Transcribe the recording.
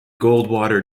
goldwater